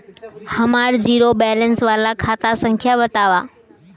हमार zero balance वाला खाता संख्या वतावा?